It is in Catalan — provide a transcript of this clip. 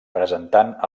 presentant